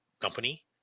company